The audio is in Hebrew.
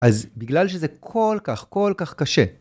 אז בגלל שזה כל כך כל כך קשה.